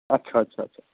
আচ্ছা আচ্ছা আচ্ছা